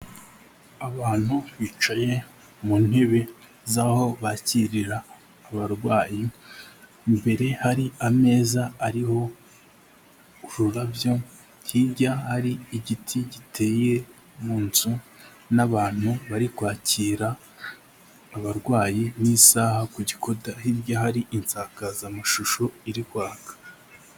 Abantu bicaye mu ntebe z'aho bakirira abarwayi, imbere hari ameza ariho ururabyo, hirya ari igiti giteye mu nzu, n'abantu bari kwakira abarwayi, n'isaha ku gikuta, hirya hari insakazamashusho iri kwaka.